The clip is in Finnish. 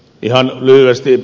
ihan lyhyesti